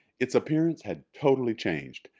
its appearance had totally changed.